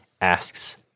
asks